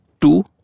two